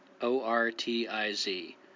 O-R-T-I-Z